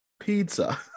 pizza